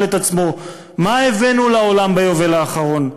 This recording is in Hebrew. את עצמו: מה הבאנו לעולם ביובל האחרון?